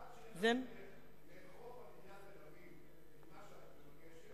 עד שאין לך דרך לאכוף על עיריית תל-אביב את מה שאת מבקשת,